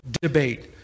debate